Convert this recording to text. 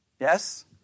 Yes